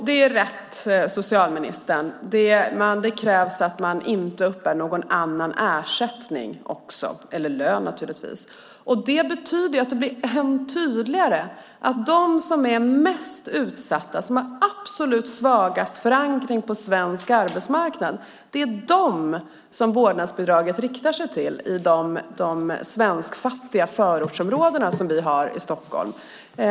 Herr talman! Socialministern har rätt i att det krävs att man inte samtidigt uppbär någon annan ersättning eller lön. Det betyder att det blir ännu tydligare att vårdnadsbidraget riktar sig till dem som är mest utsatta och har den absolut svagaste förankringen på den svenska arbetsmarknaden. Det är i de svenskfattiga förortsområdena i Stockholm.